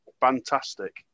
fantastic